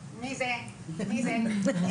מי זה, מי זה.